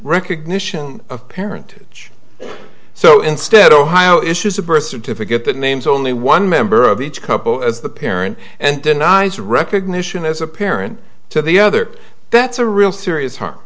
recognition of parent age so instead ohio issues a birth certificate that names only one member of each couple as the parent and denies recognition as a parent to the other that's a real serious harm